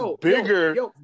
Bigger